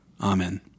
Amen